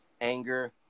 anger